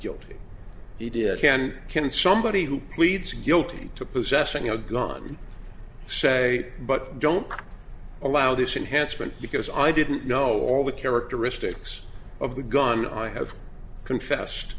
guilty he did can can somebody who pleads guilty to possessing a gun shape but don't allow this enhanced but because i didn't know all the characteristics of the gun i have confessed